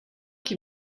qui